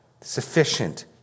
sufficient